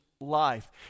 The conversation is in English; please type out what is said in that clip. Life